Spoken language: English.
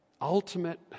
ultimate